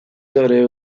داره